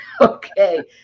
Okay